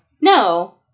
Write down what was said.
No